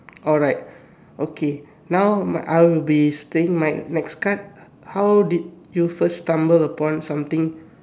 alright okay now I will be staying my next card how did you first stumble upon something